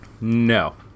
no